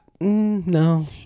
No